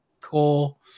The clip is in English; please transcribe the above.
cool